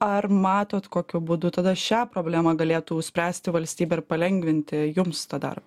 ar matot kokiu būdu tada šią problemą galėtų spręsti valstybė ir palengvinti jums tą dar